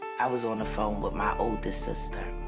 i was on the phone with my older sister.